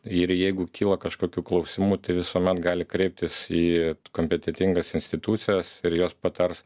ir jeigu kyla kažkokių klausimų tai visuomet gali kreiptis į kompetentingas institucijas ir jos patars